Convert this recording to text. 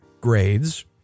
grades